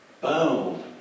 boom